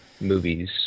movies